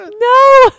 no